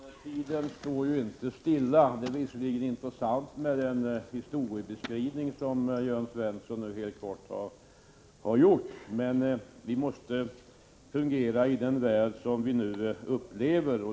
Fru talman! Tiden står ju inte stilla. Det är visserligen intressant med den historiebeskrivning som Jörn Svensson nu helt kortfattat har gjort, men vi måste fungera i den värld som vi nu upplever.